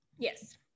Yes